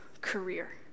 career